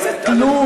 עדיף כבר לסגור להם.